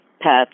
pets